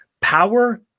power